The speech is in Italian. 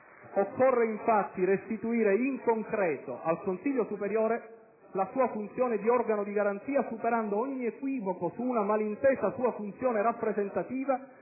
Occorre, infatti, restituire, in concreto, al Consiglio superiore la sua funzione di organo di garanzia superando ogni equivoco su una malintesa sua funzione rappresentativa